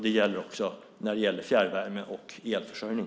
Det gäller också fjärrvärme och elförsörjning.